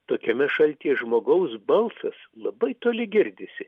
tokiame šaltyje žmogaus balsas labai toli girdisi